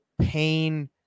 pain